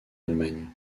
allemagne